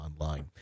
Online